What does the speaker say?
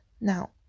now